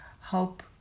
help